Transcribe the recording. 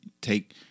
take